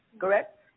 correct